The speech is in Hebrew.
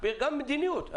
גם מדיניות.